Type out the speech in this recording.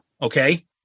Okay